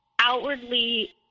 outwardly